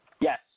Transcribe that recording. Yes